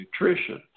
nutrition